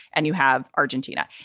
and you have argentina.